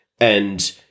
and-